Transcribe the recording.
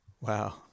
Wow